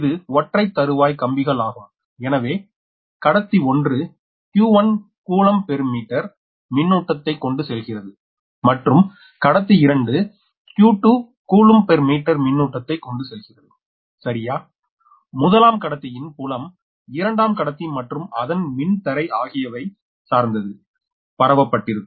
இது ஒற்றைத் தறுவாய் 2 கம்பிகள் ஆகும் எனவே கடத்தி 1 q1 கூலொம்ப் பெர் மீட்டர் மின்னூட்டத்தை கொண்டு செல்கிறது மற்றும் கடத்தி 2 q2 கூலொம்ப் பெர் மீட்டர் மின்னூட்டத்தை கொண்டு செல்கிறது சரியா முதலாம் கடத்தியின் புலம் இரண்டம் கடத்தி மற்றும் அதன் மின் தரை ஆகியவை சார்ந்து பரவப்பட்டிருக்கும்